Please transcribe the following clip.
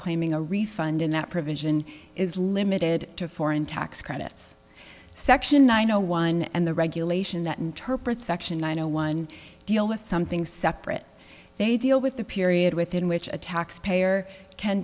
claiming a refund in that provision is limited to foreign tax credits section nine zero one and the regulation that interprets section one zero one deal with something separate they deal with the period within which a tax payer can